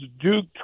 Duke